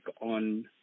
on